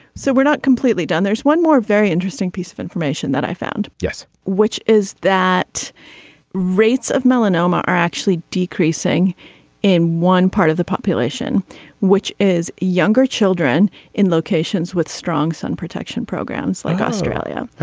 so we're not completely done there's one more very interesting piece of information that i found. yes. which is that rates of melanoma are actually decreasing in one part of the population which is younger children in locations with strong sun protection programs like australia.